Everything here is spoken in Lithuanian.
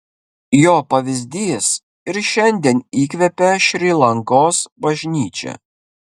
jo pavyzdys ir šiandien įkvepia šri lankos bažnyčią